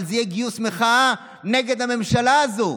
אבל זה יהיה גיוס מחאה נגד הממשלה הזו,